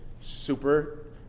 super